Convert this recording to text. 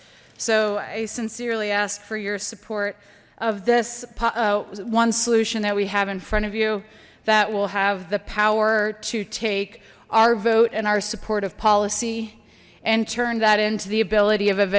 so i sincerely asked for your support of this one solution that we have in front of you that will have the power to take our vote and our support of policy and turn that into the ability of